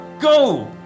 Go